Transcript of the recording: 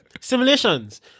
Simulations